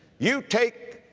you take,